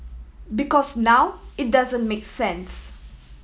because now it doesn't make sense